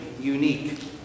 unique